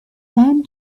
then